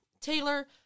Taylor